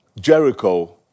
Jericho